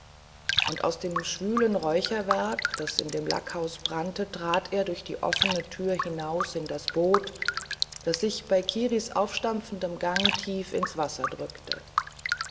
und aus dem schwülen räucherwerk das in dem lackhaus brannte trat er durch die offene tür hinaus in das boot das sich bei kiris aufstampfendem gang tiefer ins wasser drückte